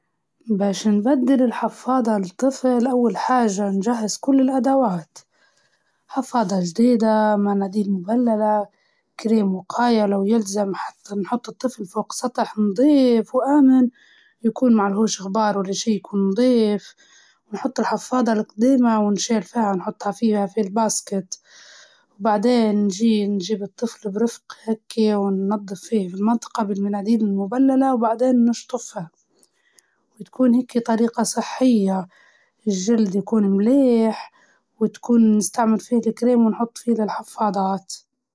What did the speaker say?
أول شي تخلي الطفل يستلقي على ظهره يعني سطح مريح، وتفتح الحفاظة الجديمة، وتمسح المنطقة بإستخدام مناديل مبللة للأطفال، بعدين بتحط الحفاظة الجديدة تحت الطفل، وتتنيها من الجنب وتتأكد إنها مشدودة بطريقة مريحة، ولازم تتأكد إن الحواف ما تكون ضاغطة على الطفل.